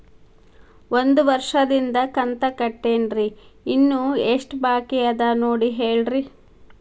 ಒಂದು ವರ್ಷದಿಂದ ಕಂತ ಕಟ್ಟೇನ್ರಿ ಇನ್ನು ಎಷ್ಟ ಬಾಕಿ ಅದ ನೋಡಿ ಹೇಳ್ರಿ